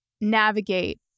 navigate